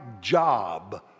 job